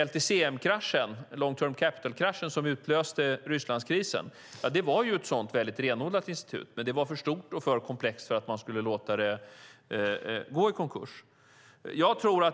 LTCM-kraschen, long-term capital management-kraschen, som utlöste Rysslandskrisen var ett sådant mycket renodlat institut, men det var för stort och för komplext för att man skulle låta det gå i konkurs.